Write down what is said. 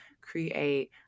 create